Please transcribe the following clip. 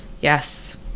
yes